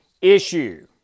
issue